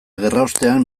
gerraostean